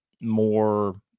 more –